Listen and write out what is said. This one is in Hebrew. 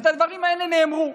הדברים האלה נאמרו.